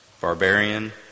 barbarian